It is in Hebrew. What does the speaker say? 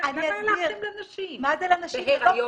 למה הלכתם לנשים בהריון?